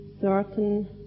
certain